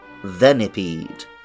Venipede